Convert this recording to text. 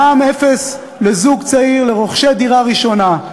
מע"מ אפס לזוג צעיר לרוכשי דירה ראשונה.